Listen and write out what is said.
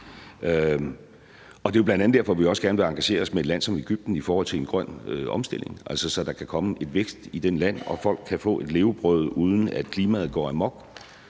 jo bl.a. derfor, vi også gerne vil engagere os med et land som Egypten i forhold til en grøn omstilling, altså så var der kan komme en vækst i det land og folk kan få et levebrød, uden at klimaet går amok.